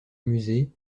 musée